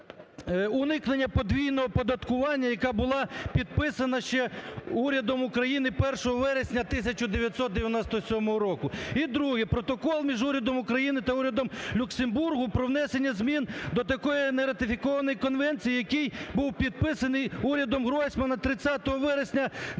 уникнення подвійного оподаткування, яка була підписана ще урядом України 1 вересня 1997 року, і другий – Протокол між урядом України та урядом Люксембургу про внесення змін до такої нератифікованої конвенції, який був підписаний урядом Гройсмана 30 вересня 2016